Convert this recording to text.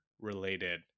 related